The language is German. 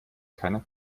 keiner